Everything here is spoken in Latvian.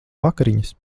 vakariņas